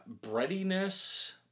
breadiness